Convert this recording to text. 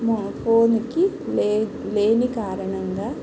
నా ఫోనుకి లే లేని కారణంగా